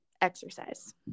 exercise